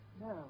No